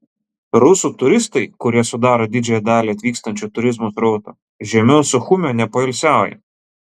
rusų turistai kurie sudaro didžiąją dalį atvykstančio turizmo srauto žemiau suchumio nepoilsiauja